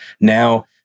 now